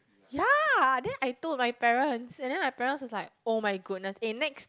ya then I told my parents and then my parents was like oh-my-goodness eh next